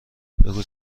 بگو